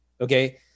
Okay